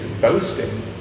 boasting